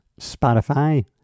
Spotify